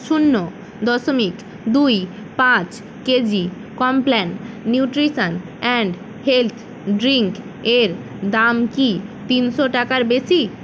শূন্য দশমিক দুই পাঁচ KG Complan nutrition and health ড্রিঙ্কের দাম কি তিনশো টাকার বেশি